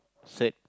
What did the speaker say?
said